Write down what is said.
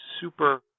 super